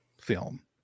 film